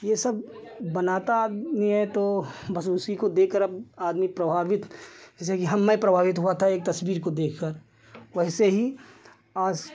यह सब बनाता यह तो बस उसी को देखकर अब आदमी प्रभावित जैसे कि हम मैं प्रभावित हुआ था एक तस्वीर को देखकर वैसे ही आज